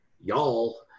Y'all